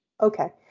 Okay